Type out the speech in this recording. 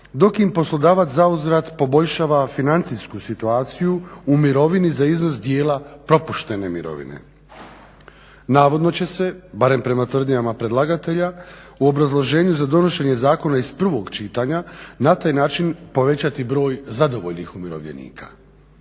dok im poslodavac zauzvrat poboljšava financijsku situaciju u mirovini za iznos djela propuštene mirovine. Navodno će se barem prema tvrdnjama predlagatelja u obrazloženju za donošenje zakona iz prvog čitanja na taj način povećati broj zadovoljnih umirovljenika.